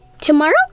Tomorrow